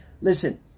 Listen